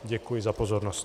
Děkuji za pozornost.